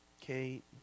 Kate